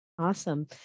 Awesome